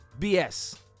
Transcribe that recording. BS